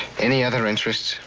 any other interests?